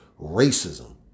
racism